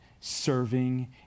serving